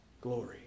glory